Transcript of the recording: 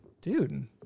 Dude